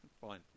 Fine